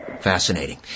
Fascinating